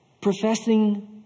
professing